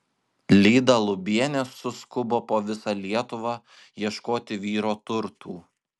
lyda lubienė suskubo po visą lietuvą ieškoti vyro turtų